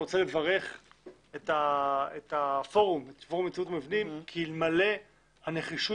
אני רוצה לברך את פורום יציבות המבנים כי אלמלא הנחישות